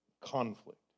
conflict